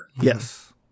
Yes